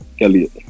Elliott